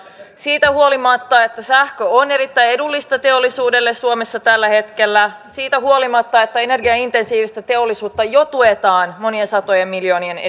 siitä huolimatta että sähkö on erittäin edullista teollisuudelle suomessa tällä hetkellä siitä huolimatta että energiaintensiivistä teollisuutta jo tuetaan monien satojen miljoonien